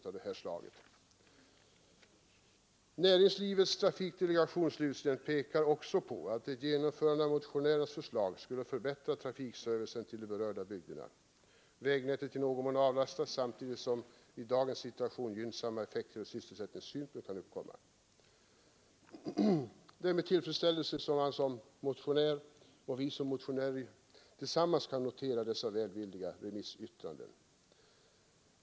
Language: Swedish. Näringslivets trafikdelegation pekar också på att ett genomförande av motionärernas förslag skulle förbättra trafikservicen till berörda bygder. Vägnätet skulle i någon mån kunna avlastas samtidigt som i dagens situation gynnsamma effekter ur sysselsättningssynpunkt kan uppkomma Det är med tillfredss välvilliga remissyttranden.